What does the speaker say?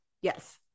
yes